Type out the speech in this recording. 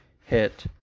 hit